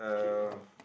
okay